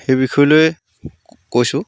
সেই বিষয়লৈ কৈছোঁ